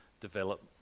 develop